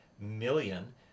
million